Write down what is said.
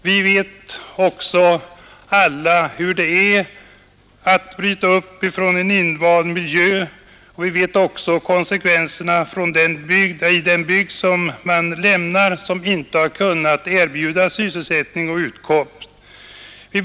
Vi vet alla hur det är att bryta upp från en invand miljö, och vi vet också vilka konsekvenser det blir i den bygd som man lämnar och som inte har kunnat erbjuda sysselsättning och utkomst.